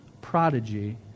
prodigy